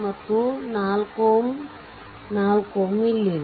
ಮತ್ತು ಈ 4 Ω 4 Ωಇದೆ